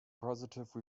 positive